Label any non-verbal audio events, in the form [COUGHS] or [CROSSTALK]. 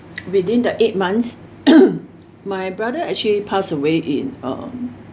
within the eight months [COUGHS] my brother actually passed away in um